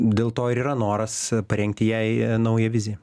dėl to ir yra noras parengti jai naują viziją